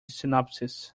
synopsis